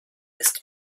ist